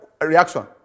reaction